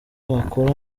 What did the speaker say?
wakora